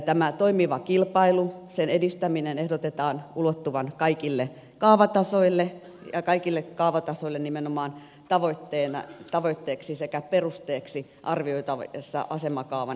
tämän toimivan kilpailun sen edistämisen ehdotetaan ulottuvan kaikille kaavatasoille ja kaikille kaavatasoille nimenomaan tavoitteeksi sekä perusteeksi arvioitaessa asemakaavan laatimistarvetta